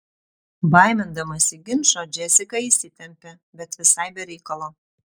baimindamasi ginčo džesika įsitempė bet visai be reikalo